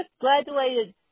graduated